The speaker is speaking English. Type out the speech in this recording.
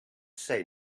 say